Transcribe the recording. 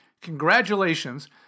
Congratulations